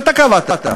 שאתה קבעת,